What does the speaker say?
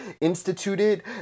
instituted